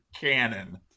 cannon